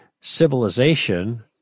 civilization